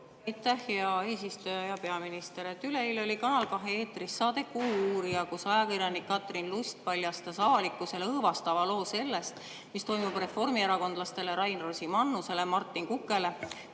hea eesistuja! Hea peaminister! Üleeile oli Kanal 2 eetris saade "Kuuuurija", kus ajakirjanik Katrin Lust paljastas avalikkusele õõvastava loo sellest, mis toimub reformierakondlastele Rain Rosimannusele ja Martin Kukele